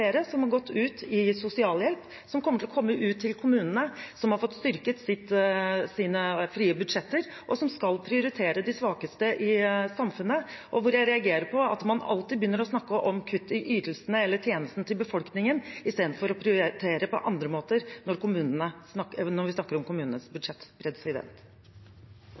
flere som har gått ut i sosialhjelp og kommer til å komme ut til kommunene – som har fått styrket sine frie budsjetter, og som skal prioritere de svakeste i samfunnet. Og jeg reagerer på at man alltid begynner å snakke om kutt i ytelsene eller tjenestene til befolkningen istedenfor å prioritere på andre måter når vi snakker om kommunenes budsjett.